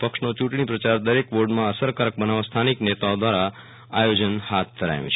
પક્ષનો યુંટણી પ્રચાર દરેક વોર્ડમાં અસરકારક બતાવવા સ્થાનિક નેતાઓ દ્રારા આયોજન હાથ ધરાયુ છે